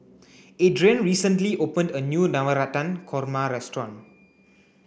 Adrienne recently opened a new Navratan Korma restaurant